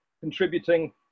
contributing